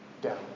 down